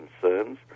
concerns